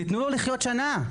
תתנו לו לחיות שנה,